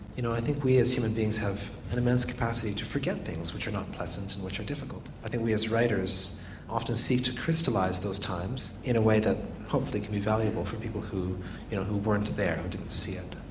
you know i think we as human beings have an immense capacity to forget things which are not pleasant and which are difficult. i think we as writers often seek to crystallise those times in a way that hopefully can be valuable for people who you know who weren't there and didn't see it.